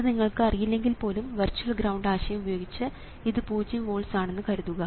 ഇത് നിങ്ങൾക്ക് അറിയില്ലെങ്കിൽ പോലും വെർച്വൽ ഗ്രൌണ്ട് ആശയം ഉപയോഗിച്ച് ഇത് പൂജ്യം വോൾട്സ് ആണെന്ന് കരുതുക